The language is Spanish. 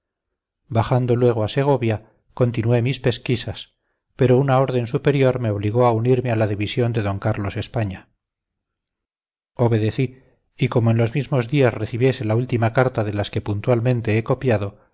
bajando luego a segovia continué mis pesquisas pero una orden superior me obligó a unirme a la división de d carlos españa obedecí y como en los mismos días recibiese la última carta de las que puntualmente he copiado